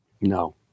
No